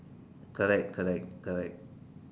correct correct correct